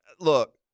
look